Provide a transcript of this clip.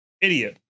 Idiot